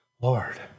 Lord